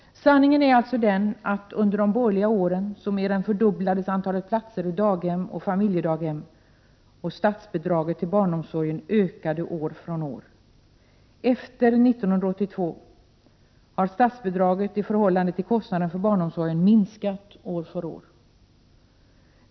Sanningen är alltså den att under de borgerliga åren så mer än fördubblades antalet platser i daghem och familjedaghem, och statsbidraget till barnomsorgen ökade år från år. Efter 1982 har statsbidraget i förhållande till kostnaderna för barnomsorgen minskat år för år.